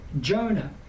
Jonah